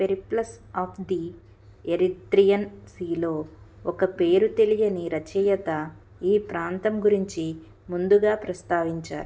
peri plus of the Erythraean సీలో ఒక పేరు తెలియని రచయత ఈ ప్రాంతం గురించి ముందుగా ప్రస్తావించారు